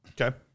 Okay